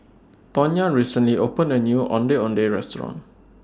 Tonya recently opened A New Ondeh Ondeh Restaurant